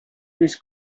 més